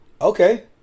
Okay